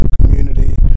community